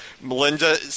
Melinda